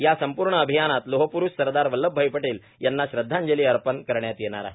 या संपूर्ण अभियानात लोहप्रूष सरदार वल्लभभाई पटेल यांना श्रदधांजली अर्पण करण्यात येणार आहे